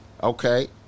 Okay